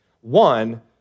One